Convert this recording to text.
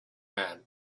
man